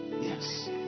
Yes